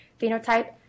phenotype